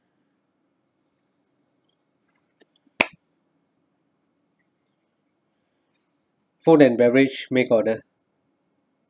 food and beverage make order